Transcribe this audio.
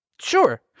Sure